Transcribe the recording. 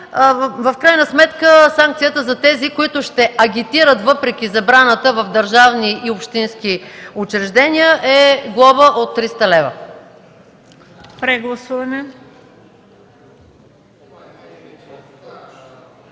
в крайна сметка санкцията за тези, които ще агитират въпреки забраната в държавни и общински учреждения, е глоба от 300 лв.